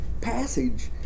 passage